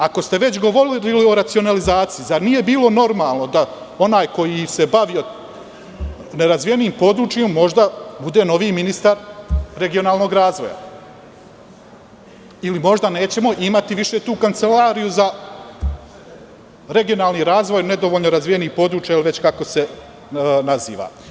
Ako ste već govorili o racionalizaciji, zar nije bilo normalno da onaj koji se bavi nerazvijenim područjima možda bude novi ministar regionalnog razvoja ili možda nećemo imati tu kancelariju za regionalni razvoj nedovoljno razvijenih područja ili već kako se naziva?